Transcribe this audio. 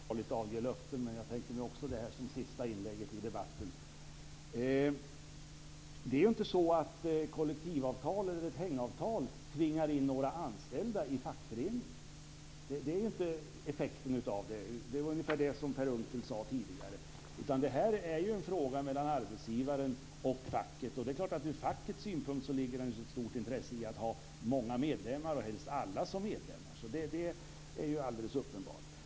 Fru talman! Det kan vara farligt att avge löften, men jag tänker mig också att det här är mitt sista inlägg i debatten. Det är inte så att kollektivavtal eller hängavtal tvingar in anställda i fackföreningar. Det är inte effekten av avtal. Det var ungefär det som Per Unckel sade tidigare. Det här är en fråga mellan arbetsgivaren och facket. Ur fackets synpunkt ligger det naturligtvis ett stort intresse i att ha många medlemmar, och helst alla som medlemmar. Det är helt uppenbart.